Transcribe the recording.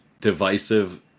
divisive